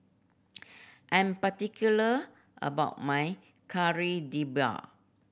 I am particular about my Kari Debal